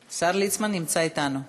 ליצמן, השר ליצמן נמצא אתנו.